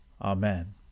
Amen